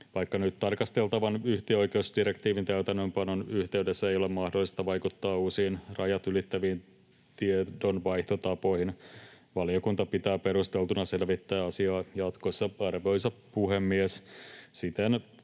Vaikka nyt tarkasteltavan yhtiöoikeusdirektiivin täytäntöönpanon yhteydessä ei ole mahdollista vaikuttaa uusiin rajat ylittäviin tiedonvaihtotapoihin, valiokunta pitää perusteltuna selvittää asiaa jatkossa. Arvoisa puhemies!